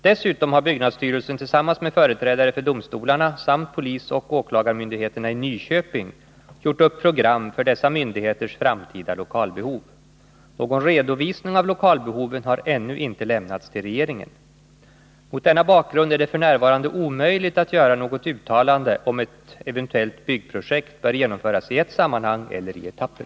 Dessutom har byggnadsstyrelsen tillsammans med företrädare för domstolarna samt polisoch åklagarmyndigheterna i Nyköping gjort upp program för dessa myndigheters framtida lokalbehov. Någon redovisning av lokalbehoven har ännu inte lämnats till regeringen. Mot denna bakgrund är det f. n. omöjligt att göra något uttalande om huruvida ett eventuellt byggprojekt bör genomföras i ett sammanhang eller i etapper.